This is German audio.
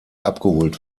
abgeholt